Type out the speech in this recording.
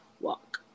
walk